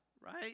right